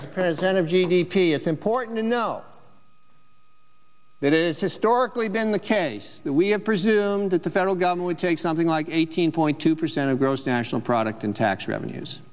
as president of g d p it's important to know that is historically been the case that we have presumed that the federal government would take something like eighteen point two percent of gross national product in tax revenues